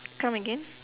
come again